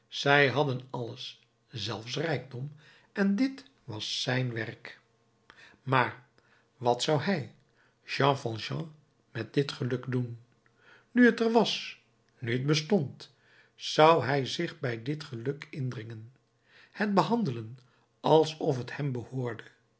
zij hadden alles zelfs rijkdom en dit was zijn werk maar wat zou hij jean valjean met dit geluk doen nu het er was nu het bestond zou hij zich bij dit geluk indringen het behandelen alsof het hem behoorde